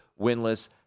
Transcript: winless